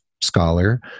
scholar